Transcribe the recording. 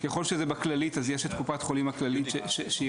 ככל שזה בכללית אז יש את הכללית היא רגולטור,